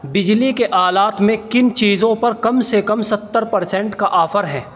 بجلی کے آلات میں کن چیزوں پر کم سے کم ستر پرسنٹ کا آفر ہے